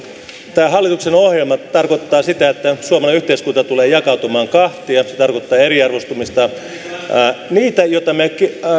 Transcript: tämä hallituksen ohjelma tarkoittaa sitä että suomalainen yhteiskunta tulee jakautumaan kahtia se tarkoittaa eriarvoistumista ne asiat joita me